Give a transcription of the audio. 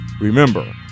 Remember